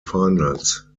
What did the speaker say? finals